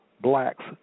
blacks